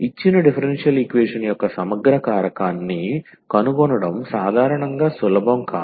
ఇచ్చిన differential equation యొక్క సమగ్ర కారకాన్ని కనుగొనడం సాధారణంగా సులభం కాదు